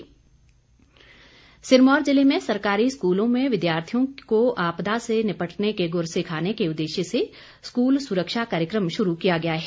school सुरक्षा सिरमौर ज़िले में सरकारी स्कूलों में विद्यार्थियों को आपदा से निपटने के गुर सिखाने के उदेश्य से स्कूल सुरक्षा कार्यक्रम शुरू किया गया है